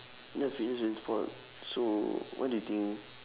ya fitness and sport so what do you think